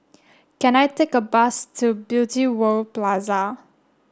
can I take a bus to Beauty World Plaza